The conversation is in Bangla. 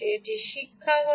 এটি শিক্ষাগত